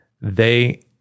they-